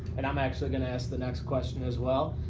and i'm actually going to ask the next question as well,